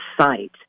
site